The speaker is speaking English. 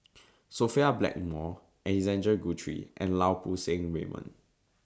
Sophia Blackmore Alexander Guthrie and Lau Poo Seng Raymond